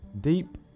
deep